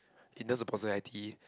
in terms of personality